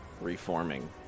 reforming